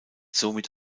somit